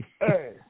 Hey